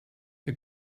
you